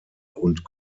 und